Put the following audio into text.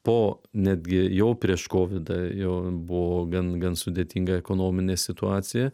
po netgi jau prieš kovidą jau buvo gan gan sudėtinga ekonominė situacija